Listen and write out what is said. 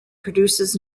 produces